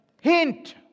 hint